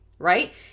Right